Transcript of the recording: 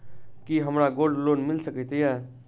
की हमरा gold loan मिल सकैत ये?